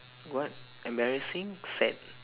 what embarrassing sad